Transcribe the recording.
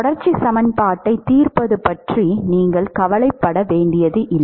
தொடர்ச்சி சமன்பாட்டைத் தீர்ப்பது பற்றி நீங்கள் கவலைப்பட வேண்டியதில்லை